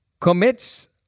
commits